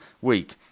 week